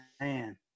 man